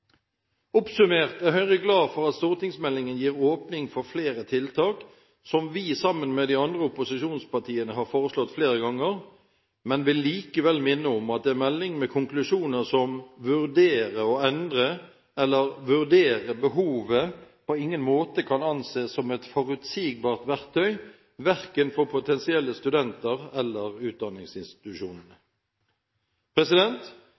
Oppsummert er Høyre glad for at stortingsmeldingen gir åpning for flere tiltak som vi sammen med de andre opposisjonspartiene har foreslått flere ganger, men vil likevel minne om at en melding med konklusjoner som «vurdere å endre» eller «vurdere behovet» på ingen måte kan anses som et forutsigbart verktøy verken for potensielle studenter eller for utdanningsinstitusjonene.